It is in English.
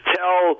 tell